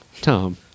Tom